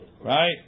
Right